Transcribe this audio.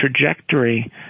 trajectory